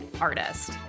artist